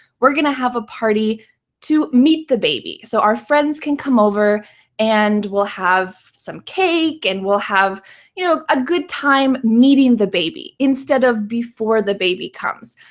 we're going to have a party to meet the baby. so our friends can come over and we'll have some cake and we'll have you know a good time meeting the baby, instead of before the baby comes.